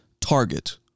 target